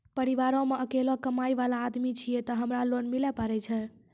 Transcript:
परिवारों मे अकेलो कमाई वाला आदमी छियै ते हमरा लोन मिले पारे छियै?